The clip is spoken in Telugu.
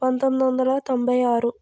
పంతొమ్మిది వందల తొంభై ఆరు